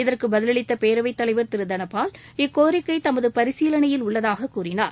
இதற்கு பதிலளித்த பேரவைத் தலைவர் திரு தனபால் இக்கோரிக்கை தமது பரிசீலனையில் உள்ளதாக கூறினார்